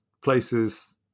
places